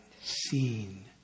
seen